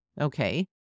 Okay